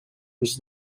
was